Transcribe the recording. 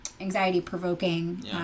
anxiety-provoking